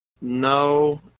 No